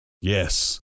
yes